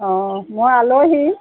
অঁ মই আলহী